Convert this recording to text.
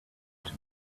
can